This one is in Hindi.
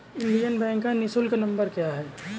इंडियन बैंक का निःशुल्क नंबर क्या है?